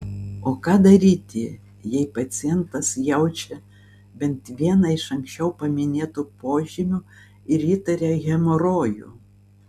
o ką daryti jei pacientas jaučia bent vieną iš anksčiau paminėtų požymių ir įtaria hemorojų